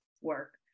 work